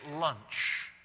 lunch